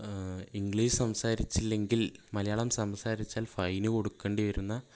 English സംസാരിച്ചില്ലെങ്കിൽ മലയാളം സംസാരിച്ചാൽ fine കൊടുക്കേണ്ടി വരുന്ന ഒരു